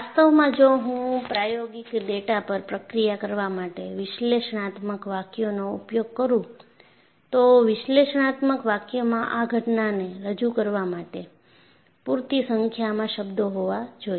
વાસ્તવમાં જો હું પ્રાયોગિક ડેટા પર પ્રક્રિયા કરવા માટે વિશ્લેષણાત્મક વાક્યનો ઉપયોગ કરું તો વિશ્લેષણાત્મક વાક્યમાં આ ઘટનાને રજૂ કરવા માટે પૂરતી સંખ્યામાં શબ્દો હોવા જોઈએ